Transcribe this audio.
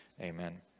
Amen